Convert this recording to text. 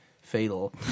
Fatal